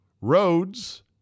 roads